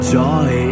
joy